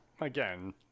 again